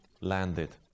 Landed